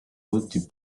moody